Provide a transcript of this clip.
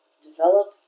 develop